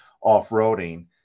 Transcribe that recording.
off-roading